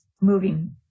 moving